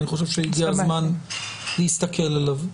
אני חושב שהגיע הזמן להסתכל עליו.